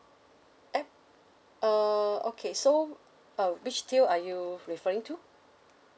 ap~ uh okay so uh which tier are you referring to